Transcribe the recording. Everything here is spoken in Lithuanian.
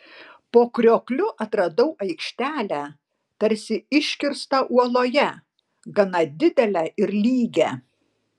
po kriokliu atradau aikštelę tarsi iškirstą uoloje gana didelę ir lygią